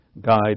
guide